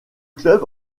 club